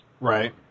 Right